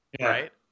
right